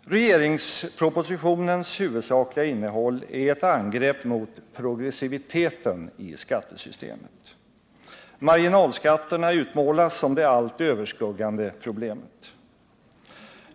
Regeringspropositionens huvudsakliga innehåll är ett angrepp mot progressiviteten i skattesystemet. Marginalskatterna utmålas som det allt överskuggande problemet.